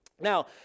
Now